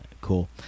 Cool